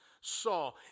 saw